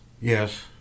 Yes